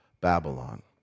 Babylon